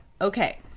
Okay